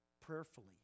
prayerfully